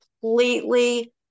completely